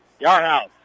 Yardhouse